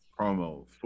promo